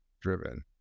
driven